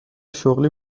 شغلی